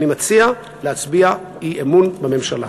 אני מציע להצביע אי-אמון בממשלה.